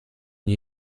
nie